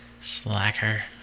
Slacker